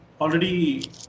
already